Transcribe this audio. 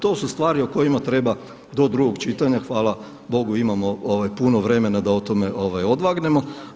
To su stvari o kojima treba do drugog čitanja, hvala Bogu imamo puno vremena da o tome odvagnemo.